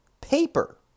paper